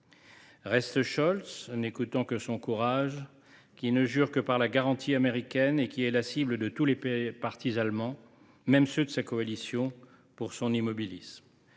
Reste Scholz, qui, n’écoutant que son courage, ne jure que par la garantie américaine ; il est la cible de tous les partis allemands, même ceux de sa coalition, pour son immobilisme.